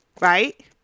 right